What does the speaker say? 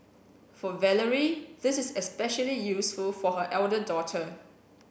for Valerie this is especially useful for her elder daughter